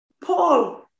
Paul